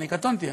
אני קטונתי.